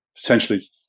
potentially